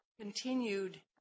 continued